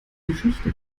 geschichte